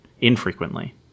infrequently